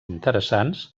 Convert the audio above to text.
interessants